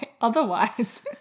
otherwise